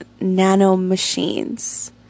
nanomachines